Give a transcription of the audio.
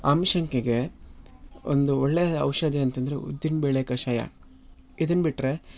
ಆಮಶಂಕೆಗೆ ಒಂದು ಒಳ್ಳೆಯ ಔಷಧಿ ಅಂತಂದರೆ ಉದ್ದಿನಬೇಳೆ ಕಷಾಯ ಇದನ್ನ ಬಿಟ್ಟರೆ